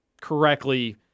correctly